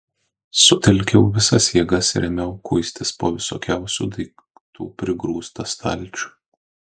sutelkiau visas jėgas ir ėmiau kuistis po visokiausių daiktų prigrūstą stalčių